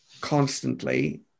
constantly